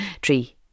tree